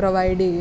provide ചെയ്യും